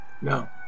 No